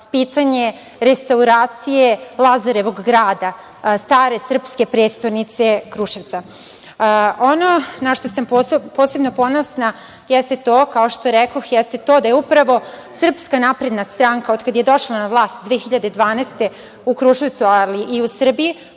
pitanje restauracije Lazarevog grada stare srpske prestonice Kruševca. Ono na šta sam posebno ponosna jeste to, kao što rekoh, jeste to da je upravo SNS odkada je došla na vlast 2012. godine u Kruševcu, ali i u Srbiji